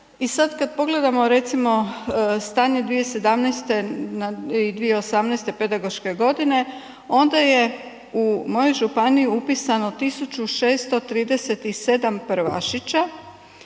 i sad kad pogledamo recimo stanje 2017. i 2008. pedagoške godine, onda je u mojoj županiji upisano 1637 prvašića